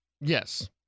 Yes